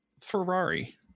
Ferrari